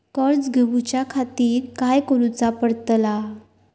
कर्ज घेऊच्या खातीर काय करुचा पडतला?